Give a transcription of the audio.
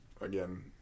again